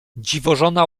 dziwożona